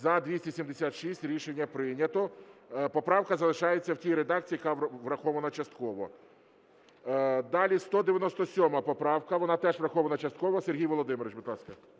За-276 Рішення прийнято. Поправка залишається в тій редакції, яка врахована частково. Далі 197 поправка, вона теж врахована частково. Сергій Володимирович, будь ласка.